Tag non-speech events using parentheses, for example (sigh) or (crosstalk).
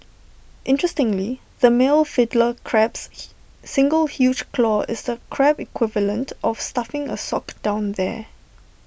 interestingly the male Fiddler crab's (noise) single huge claw is the Crab equivalent of stuffing A sock down there